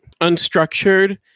unstructured